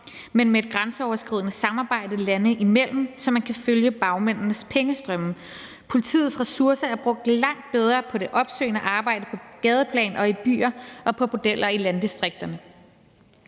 men med grænseoverskridende samarbejde landene imellem, så man kan følge bagmændenes pengestrømme. Politiets ressourcer er brugt langt bedre på det opsøgende arbejde på gadeplan og i byer og på bordeller i landdistrikterne.